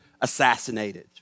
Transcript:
assassinated